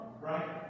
Right